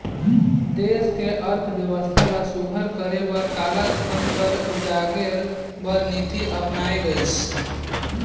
देस के अर्थबेवस्था ल सुग्घर करे बर कालाधन कर उजागेर बर नीति अपनाल गइस